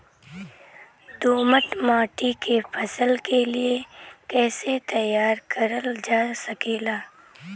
दोमट माटी के फसल के लिए कैसे तैयार करल जा सकेला?